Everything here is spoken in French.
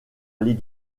aller